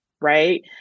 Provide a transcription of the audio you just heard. right